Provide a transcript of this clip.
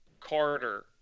Carter